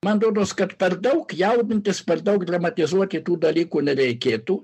man rodos kad per daug jaudintis per daug dramatizuoti tų dalykų nereikėtų